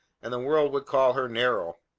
and the world would call her narrow.